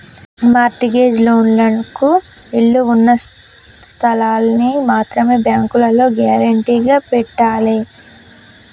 mart gauge లోన్లకు ఇళ్ళు ఉన్న స్థలాల్ని మాత్రమే బ్యేంకులో గ్యేరంటీగా పెట్టాలే